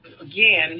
again